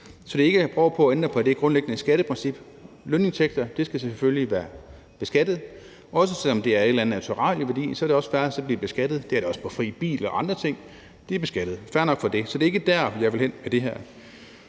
Så det er ikke for at prøve på at ændre på det grundlæggende skatteprincip. Lønindtægter skal selvfølgelig være beskattet. Også selv om det er et eller andet med naturalieværdi, er det fair at blive beskattet. Det er det også på fri bil og andre ting; de er beskattet. Så fair nok med det, det er ikke der, jeg vil hen med det her.